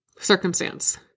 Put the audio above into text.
Circumstance